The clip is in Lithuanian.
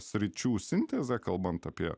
sričių sintezė kalbant apie